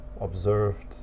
observed